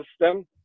system